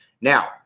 Now